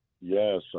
Yes